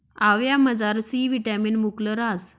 आवयामझार C vitamin मुकलं रहास